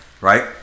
Right